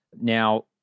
now